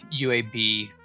UAB